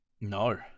No